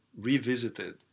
revisited